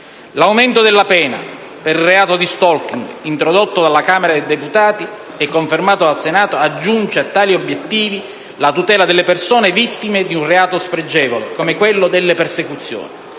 L'aumento della pena per il reato di *stalking*, introdotto dalla Camera dei deputati e confermato dal Senato, aggiunge a tali obiettivi la tutela delle persone vittime di un reato spregevole, come quello delle persecuzioni.